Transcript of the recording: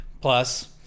plus